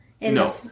No